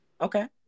Okay